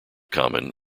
common